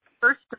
First